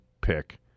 pick